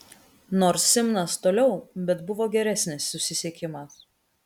nors simnas toliau bet buvo geresnis susisiekimas